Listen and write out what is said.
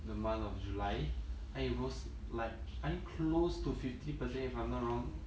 the month of july and it was like I think close to fifty percent if I'm not wrong